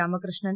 Ramakrishnan